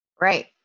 right